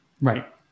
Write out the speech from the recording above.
Right